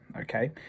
Okay